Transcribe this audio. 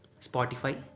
Spotify